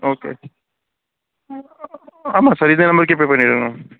okay ஆமாம் sir இது நம்பருக்கே ஜிபே பண்ணிவிடுங்க